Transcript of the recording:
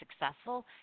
successful